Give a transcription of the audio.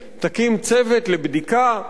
תקים צוות לבדיקה,